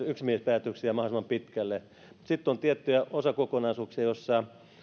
yksimielisiä päätöksiä mahdollisimman pitkälle mutta sitten on tiettyjä osakokonaisuuksia joissa